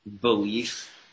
Belief